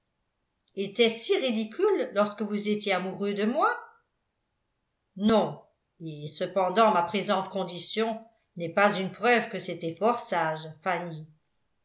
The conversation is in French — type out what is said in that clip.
etait-ce si ridicule lorsque vous étiez amoureux de moi non et cependant ma présente condition n'est pas une preuve que c'était fort sage fanny